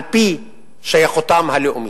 על-פי שייכותם הלאומית.